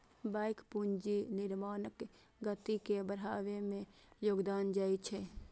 bank पूंजी निर्माणक गति के बढ़बै मे योगदान दै छै